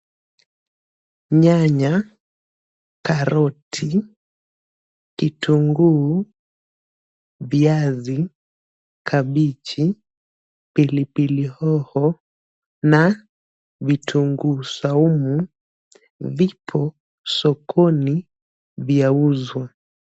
Nyanya, karoti, kitunguu, viazi, kabichi, pilipili hoho na vitunguu saumu vipo sokoni vyauzwa.